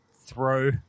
throw